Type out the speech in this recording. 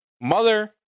Mother